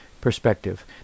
perspective